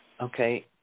okay